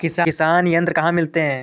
किसान यंत्र कहाँ मिलते हैं?